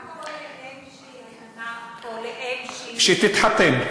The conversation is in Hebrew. מה קורה לאם שהיא אלמנה, או לאם שהיא, שתתחתן.